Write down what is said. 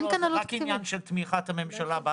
לא, זה רק עניין של תמיכת הממשלה בהצעת החוק.